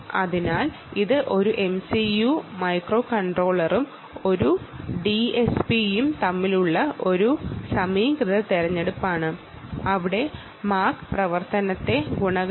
അതിനാൽ MAC പ്രവർത്തനത്തിന്റെ ഭാഗമായ മട്ടിപ്ലൈ അക്കൂമുലേറ്ററിനു വേണ്ടി ഒരു മൈക്രോകൺട്രോളറിന്റെയും ഒരു ഡിഎസ്പിയുടെയും ഇടയിൽ നിന്ന് ഏതു തിരഞ്ഞെടുക്കും